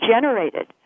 generated